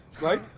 right